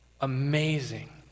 Amazing